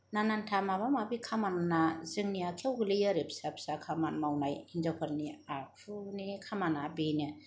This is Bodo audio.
नानान्था माबा माबि खामानिया जोंनि आखाइआव गोलैयो आरो फिसा फिसा खामानि मावनाय हिनजावफोरनि आखुनि खामानिया बेनो